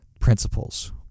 principles